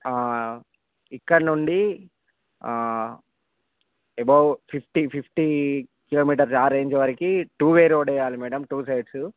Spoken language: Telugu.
ఇక్కడ నుంచి అబౌవ్ ఫిఫ్టీ ఫిఫ్టీ కిలోమీటర్స్ ఆ రేంజ్ వరకు టూ వే రోడ్ వెయ్యాలి మేడం టూ సైడ్స్